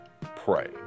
pray